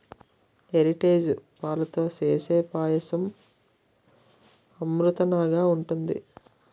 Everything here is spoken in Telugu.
ఎరిటేజు పాలతో సేసే పాయసం అమృతంనాగ ఉంటది